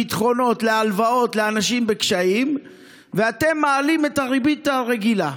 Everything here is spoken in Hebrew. ביטחונות להלוואות לאנשים בקשיים והם מעלים את הריבית הרגילה.